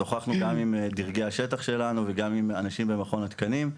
שוחחנו גם עם דרגי השטח שלנו וגם עם אנשים במכון התקנים.